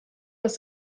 dass